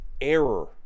error